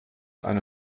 eine